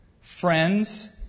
friends